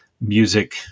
music